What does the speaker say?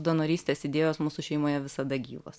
donorystės idėjos mūsų šeimoje visada gyvos